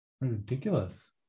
ridiculous